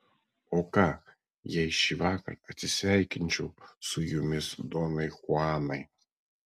o ką jei šįvakar atsisveikinčiau su jumis donai chuanai